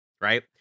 right